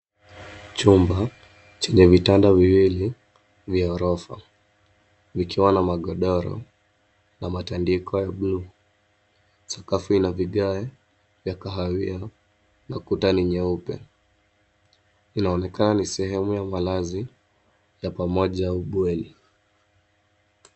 Chumba, chenye vitanda viwili, vya orofa. Vikiwa na magodoro na matandiko ya blue. Sakafu ina vigae vya kahawia na kuta ni nyeupe. Inaonekana ni sehemu ya malazi ya pamoja au bweni.